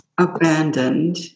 abandoned